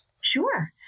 Sure